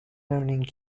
learning